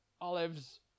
olives